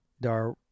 Dar